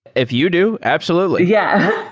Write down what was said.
if you do. absolutely. yeah.